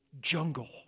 jungle